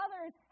others